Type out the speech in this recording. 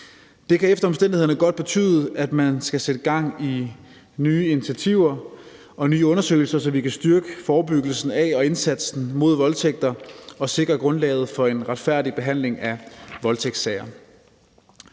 Det kan efter omstændighederne godt betyde, at man skal sætte gang i nye initiativer og nye undersøgelser, så vi kan styrke forebyggelsen af og indsatsen mod voldtægter og sikre grundlaget for en retfærdig behandling af voldtægtssager.